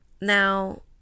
Now